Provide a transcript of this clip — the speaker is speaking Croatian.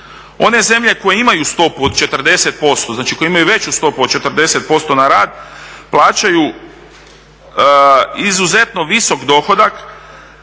One zemlje koje imaju stopu od 40%, znači koje imaju veću stopu od 40% na rad, plaćaju izuzetno visok dohodak,